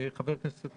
חבר הכנסת